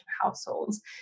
households